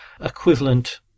equivalent